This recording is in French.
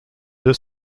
deux